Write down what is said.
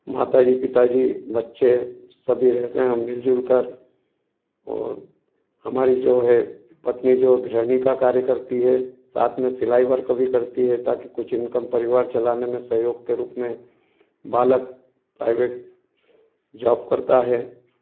माताजी पिताजी बच्चे सभी रहते हैं मिलजुल कर और हमारी जो है पत्नी जो गृहणी का कार्य करती है साथ में सिलाई वर्क भी करती है ताकि कुछ इनकम परिवार चलानें में सहयोग के रूप में बालक प्राइवेट जॉब करता है